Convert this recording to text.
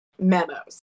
memos